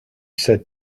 said